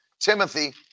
Timothy